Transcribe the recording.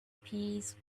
peas